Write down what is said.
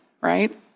right